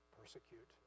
persecute